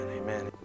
amen